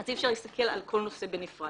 אז אי אפשר להסתכל על כל נושא בנפרד.